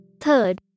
Third